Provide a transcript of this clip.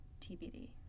TBD